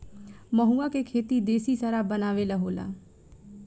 महुवा के खेती देशी शराब बनावे ला होला